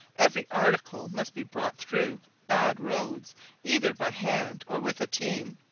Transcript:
every article must be brought through bad roads either by hand or with a team,